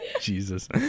jesus